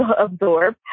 absorb